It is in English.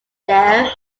there